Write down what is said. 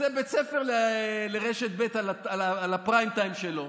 עושה בית ספר לרשת ב' על הפריים-טיים שלו,